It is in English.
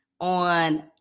on